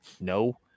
No